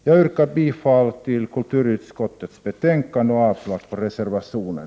Jag yrkar bifall till kulturutskottets hemställan i betänkande 11 och avslag på reservationen.